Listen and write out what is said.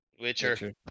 Witcher